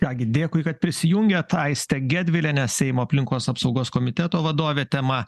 ką gi dėkui kad prisijungėt aistė gedvilienė seimo aplinkos apsaugos komiteto vadovė temą